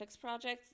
projects